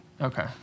Okay